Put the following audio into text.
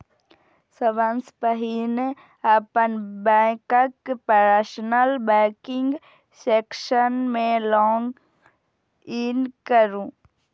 सबसं पहिने अपन बैंकक पर्सनल बैंकिंग सेक्शन मे लॉग इन करू